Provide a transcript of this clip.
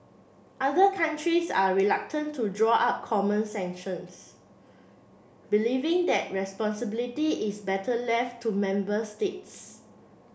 other countries are reluctant to draw up common sanctions believing that responsibility is better left to member states